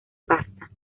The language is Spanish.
pasta